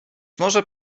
może